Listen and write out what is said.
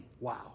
Wow